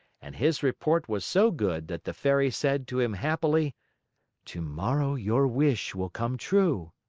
and his report was so good that the fairy said to him happily tomorrow your wish will come true.